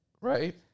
right